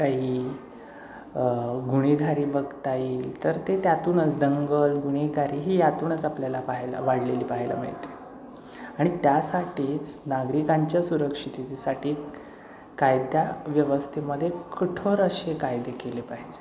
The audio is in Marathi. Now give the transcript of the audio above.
काही गुन्हेगारी बघता येईल तर ते त्यातूनच दंगल गुन्हेगारी ही यातूनच आपल्याला पाहायला वाढलेली पाहायला मिळते आणि त्यासाठीच नागरिकांच्या सुरक्षितेसाठी कायदा व्यवस्थेमध्ये कठोर असे कायदे केले पाहिजे